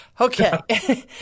Okay